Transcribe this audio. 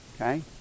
Okay